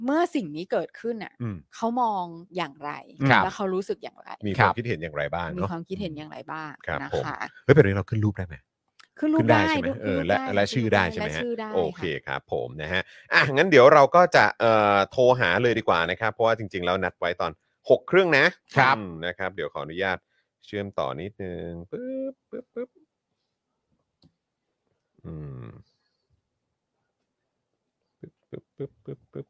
เมื่อสิ่งนี้เกิดขึ้นน่ะอืมเขามองอย่างไร?ครับแล้วเขารู้สึกอย่างไร?มีความคิดเห็นอย่างไรบ้างเนอะ?มีความคิดเห็นอย่างไรบ้างครับผมนะคะ?เฮ้ยแบบนี้เราขึ้นรูปได้ไหม?ขึ้นรูปขึ้นได้ใช่ไหม? เออและ- และได้ขึ้นรูปได้ชื่อได้ใช่ไหมฮะ?และชื่อได้ค่ะโอเคครับผมนะฮะ อ่ะงั้นเดี๋ยวเราก็จะเอ่อโทรหาเลยดีกว่านะครับ เพราะว่าจริงๆแล้วนัดไว้ตอนหกครึ่งนะครับ อืมนะครับ เดี๋ยวขออนุญาตเชื่อมต่อนิดนึง ปึ๊บปึ๊บปึ๊บ อืม ปึ๊บปึ๊บปึ๊บปึ๊บปึ๊บ